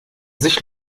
sich